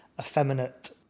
effeminate